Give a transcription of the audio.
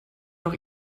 noch